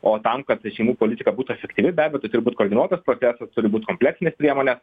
o tam kad ta šeimų politika būtų efektyvi be abejo tai turi būt koordinuotas protestas turi būt kompleksinės priemonės